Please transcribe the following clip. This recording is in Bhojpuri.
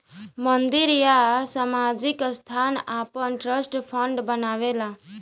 मंदिर या सामाजिक संस्थान आपन ट्रस्ट फंड बनावेला